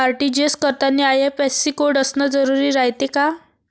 RTGS करतांनी IFSC code असन जरुरी रायते का?